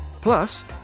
Plus